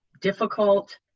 difficult